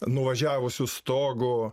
nuvažiavusiu stogu